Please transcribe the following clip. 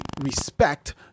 Respect